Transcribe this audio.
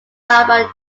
alabama